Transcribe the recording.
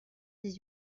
dix